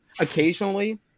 occasionally